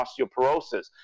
osteoporosis